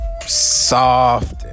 soft